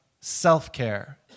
self-care